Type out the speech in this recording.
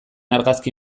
argazki